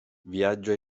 viaggio